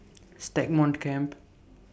Stagmont Camp